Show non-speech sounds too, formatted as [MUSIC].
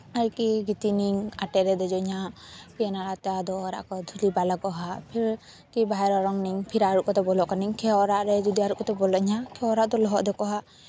ᱟᱨᱠᱤ ᱜᱤᱛᱤᱡ ᱱᱟᱹᱧ ᱟᱴᱮᱜ ᱨᱮ ᱫᱮᱡᱚᱜ ᱟᱹᱧ ᱦᱟᱜ ᱚᱱᱟᱛᱮ ᱚᱲᱟᱜ ᱠᱚ ᱟᱫᱚ ᱫᱷᱩᱞᱤ ᱵᱟᱹᱞᱤ ᱠᱚ ᱦᱟᱜ ᱯᱷᱤᱨ ᱵᱟᱦᱮᱨ ᱚᱰᱚᱝ ᱱᱟᱹᱧ ᱯᱷᱤᱨ ᱟᱹᱨᱩᱵ ᱠᱟᱛᱮ ᱵᱚᱞᱚᱜ ᱠᱟᱹᱱᱟᱹᱧ [UNINTELLIGIBLE] ᱚᱲᱟᱜ ᱨᱮ ᱡᱩᱫᱤ ᱟᱨᱚ ᱟᱨᱩᱵ ᱠᱟᱛᱮ ᱵᱚᱞᱚᱜ ᱟᱹᱧ ᱦᱟᱜ ᱚᱲᱟᱜ ᱫᱚ ᱞᱚᱦᱚᱫ ᱧᱚᱜᱚᱜ ᱦᱟᱜ